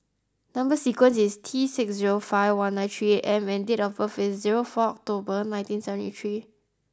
number sequence is T six zero five one nine three M and date of birth is zero four October nineteen seventy three